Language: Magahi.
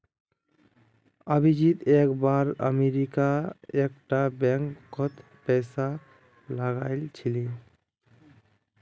अभिजीत एक बार अमरीका एक टा बैंक कोत पैसा लगाइल छे